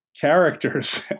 characters